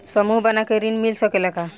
समूह बना के ऋण मिल सकेला का?